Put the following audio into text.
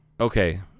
Okay